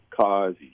cause